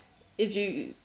if you